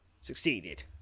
Succeeded